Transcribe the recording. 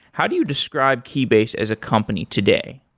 how do you describe keybase as a company today?